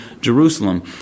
Jerusalem